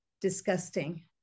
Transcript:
disgusting